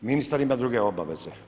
Ministar ima druge obaveze.